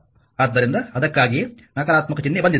ಆದ್ದರಿಂದ ಅದಕ್ಕಾಗಿಯೇ ನಕಾರಾತ್ಮಕ ಚಿಹ್ನೆ ಬಂದಿದೆ